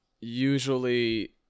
usually